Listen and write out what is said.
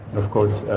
of course,